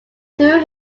through